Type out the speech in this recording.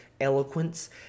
eloquence